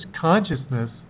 consciousness